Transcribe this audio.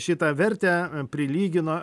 šitą vertę prilygino